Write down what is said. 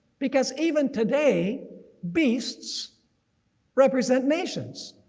because even today beasts represent nations.